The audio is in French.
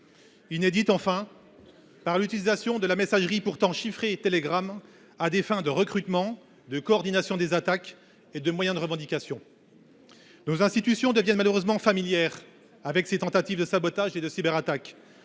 Inédite, enfin, par l’utilisation de la messagerie Telegram, pourtant chiffrée, à des fins de recrutement, pour coordonner ces attaques et les revendiquer. Nos institutions deviennent malheureusement familières de ces tentatives de sabotages et de cyberattaques.